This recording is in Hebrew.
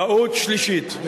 טעות שלישית,